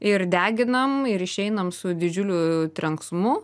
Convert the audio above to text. ir deginam ir išeinam su didžiuliu trenksmu